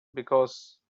because